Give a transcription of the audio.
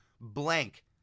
blank